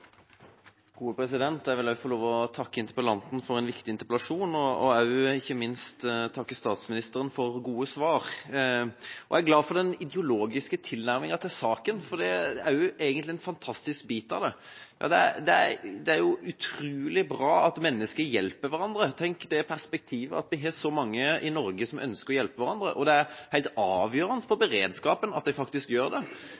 Jeg vil også få lov til å takke interpellanten for en viktig interpellasjon, og også, ikke minst, takke statsministeren for gode svar. Jeg er glad for den ideologiske tilnærminga til saken, for det er også egentlig en fantastisk bit av det. Det er utrolig bra at mennesker hjelper hverandre. Tenk det perspektivet – at vi har så mange i Norge som ønsker å hjelpe hverandre. Det er helt avgjørende for beredskapen at de faktisk gjør det,